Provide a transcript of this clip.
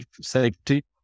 safety